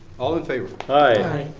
all in favor. aye.